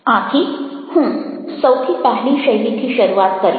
આથી હું સૌથી પહેલી શૈલીથી શરૂઆત કરીશ